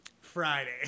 Friday